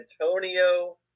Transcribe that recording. Antonio